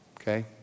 okay